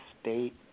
State